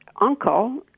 uncle